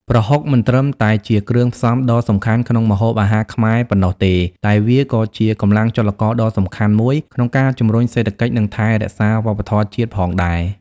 ប្រហុក មិនត្រឹមតែជាគ្រឿងផ្សំដ៏សំខាន់ក្នុងម្ហូបអាហារខ្មែរប៉ុណ្ណោះទេ តែវាក៏ជាកម្លាំងចលករដ៏សំខាន់មួយក្នុងការជំរុញសេដ្ឋកិច្ច និងថែរក្សាវប្បធម៌ជាតិផងដែរ។